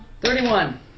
Thirty-one